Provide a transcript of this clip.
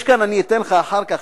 אני אתן לך אחר כך,